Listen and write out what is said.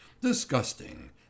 Disgusting